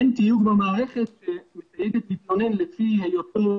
אין תיוג במערכת שמתייג מתלונן לפי היותו